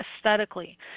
aesthetically